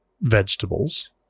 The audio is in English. vegetables